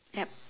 yup